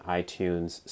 iTunes